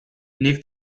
nik